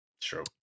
True